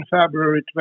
February